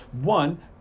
one